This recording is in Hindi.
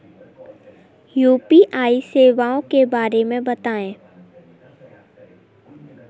यू.पी.आई सेवाओं के बारे में बताएँ?